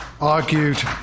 argued